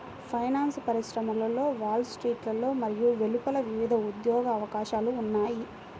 finance పరిశ్రమలో Wall స్ట్రీట్లో మరియు వెలుపల వివిధ ఉద్యోగ అవకాశాలు ఉన్నాయి